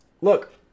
look